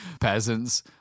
peasants